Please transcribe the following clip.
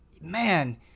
Man